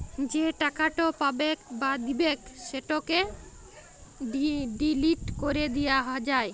যে টাকাট পাবেক বা দিবেক সেটকে ডিলিট ক্যরে দিয়া যায়